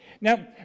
Now